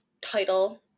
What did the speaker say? title